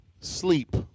sleep